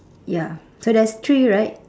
ya so there's three right